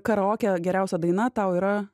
karaoke geriausia daina tau yra